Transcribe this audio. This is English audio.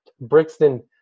Brixton